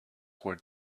were